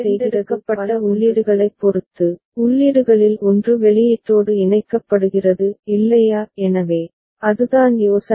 எனவே தேர்ந்தெடுக்கப்பட்ட உள்ளீடுகளைப் பொறுத்து உள்ளீடுகளில் ஒன்று வெளியீட்டோடு இணைக்கப்படுகிறது இல்லையா எனவே அதுதான் யோசனை